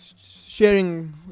sharing